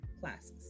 classes